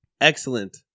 excellent